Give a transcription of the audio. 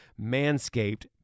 manscaped